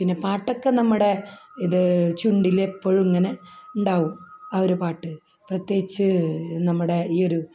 പാട്ടൊക്കെ നമ്മുടെ ഇത് ചുണ്ടിൽ എപ്പോഴും ഇങ്ങനെ ഉണ്ടാകും ആ ഒരു പാട്ട് പ്രത്യേകിച്ചു നമ്മുടെ ഈ ഒരു